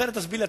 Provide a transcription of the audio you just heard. אחרת תסביר לי,